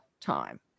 time